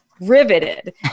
riveted